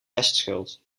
restschuld